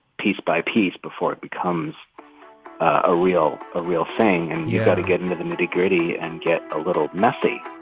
piece by piece before it becomes a real a real thing. and you've got to get into the nitty gritty and get a little messy